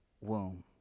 womb